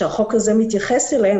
שהחוק הזה מתייחס אליהם,